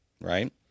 right